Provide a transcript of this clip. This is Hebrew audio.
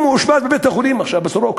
הוא מאושפז בבית-החולים עכשיו, בסורוקה.